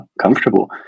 comfortable